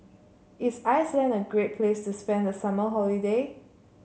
is Iceland a great place to spend the summer holiday